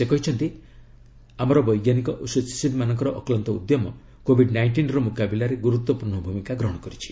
ସେ କହିଛନ୍ତି ଆମର ବୈଜ୍ଞାନିକ ଓ ସ୍ୱେଚ୍ଛାସେବୀମାନଙ୍କର ଅକ୍ଲାନ୍ତ ଉଦ୍ୟମ କୋବିଡ୍ ନାଇଷ୍ଟିନର୍ ମୁକାବିଲାରେ ଗୁରୁତ୍ୱପୂର୍ଣ୍ଣ ଭୂମିକା ଗ୍ରହଣ କରିଛି